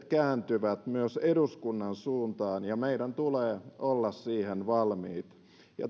kääntyvät myös eduskunnan suuntaan ja meidän tulee olla siihen valmiit